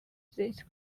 these